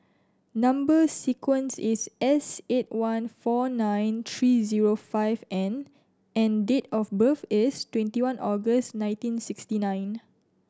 number sequence is S eight one four nine three zero five N and date of birth is twenty one August nineteen sixty nine